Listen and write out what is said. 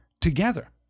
together